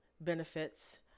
benefits